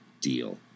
Deal